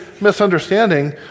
misunderstanding